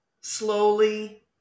slowly